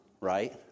right